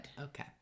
Okay